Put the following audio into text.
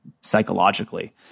psychologically